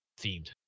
themed